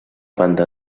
banda